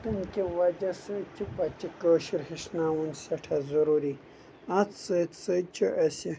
تمہِ کہِ وجہ سۭتۍ چھِ بچہِ کٲشر ہیٚچھناوُن سٮ۪ٹھاہ ضروٗری اتھ سۭتۍ سۭتۍ چھُ اسہِ